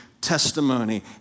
testimony